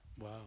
wow